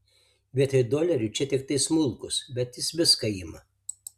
vietoj dolerių čia tiktai smulkūs bet jis viską ima